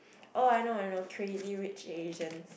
oh I know I know Crazy-Rich-Asians